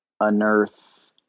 unearth